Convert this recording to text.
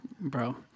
Bro